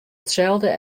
itselde